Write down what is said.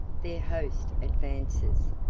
their host advances,